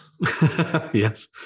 Yes